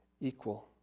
equal